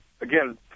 again